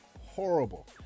horrible